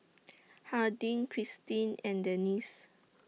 Hardin Krystin and Dennis